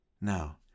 Now